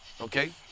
Okay